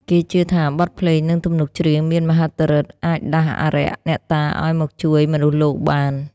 គេជឿថាបទភ្លេង និងទំនុកច្រៀងមានមហិទ្ធិឫទ្ធិអាចដាស់អារក្សអ្នកតាឱ្យមកជួយមនុស្សលោកបាន។